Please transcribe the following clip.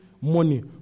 money